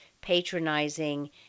patronizing